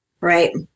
Right